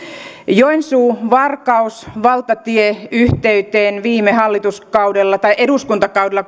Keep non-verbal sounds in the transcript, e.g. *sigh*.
joensuu varkaus valtatieyhteyteen viime hallituskaudella tai eduskuntakaudella *unintelligible*